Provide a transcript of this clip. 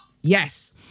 Yes